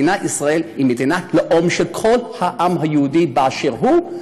מדינת ישראל היא מדינת הלאום של כל העם היהודי באשר הוא,